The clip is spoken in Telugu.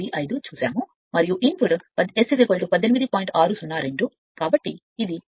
085 చూశాము మరియు ఇన్పుట్ S18